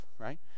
right